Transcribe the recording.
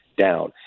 down